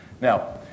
Now